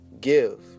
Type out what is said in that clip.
Give